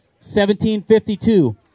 1752